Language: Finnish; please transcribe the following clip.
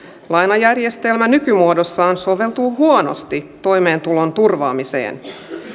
lainajärjestelmä nykymuodossaan soveltuu huonosti toimeentulon turvaamiseen